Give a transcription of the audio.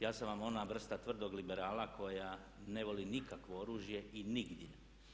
Ja sam vam ona vrsta tvrdog liberala koja ne voli nikakvo oružje i nigdje.